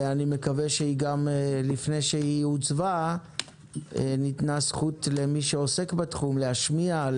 ואני מקווה שלפני שהיא עוצבה ניתנה זכות למי שעוסק בתחום להשמיע,